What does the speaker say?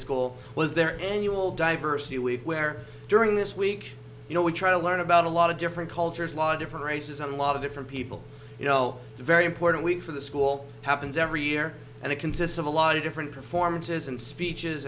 school was their annual diversity week where during this week you know we try to learn about a lot of different cultures a lot of different races a lot of different people you know very important week for the school happens every year and it consists of a lot of different performances and speeches